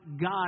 god